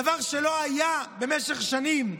דבר שלא היה במשך שנים.